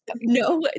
No